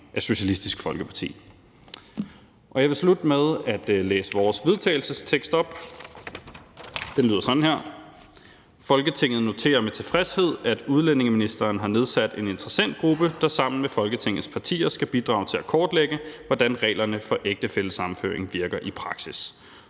af Socialistisk Folkeparti. Jeg vil slutte med at læse vores forslag til vedtagelsestekst op. Den lyder sådan her: Forslag til vedtagelse »Folketinget noterer med tilfredshed, at udlændinge- og integrationsministeren har nedsat en interessentgruppe, der sammen med Folketingets partier skal bidrage til at kortlægge, hvordan reglerne for ægtefællesammenføring virker i praksis.